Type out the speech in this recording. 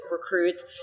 recruits